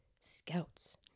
scouts